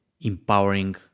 empowering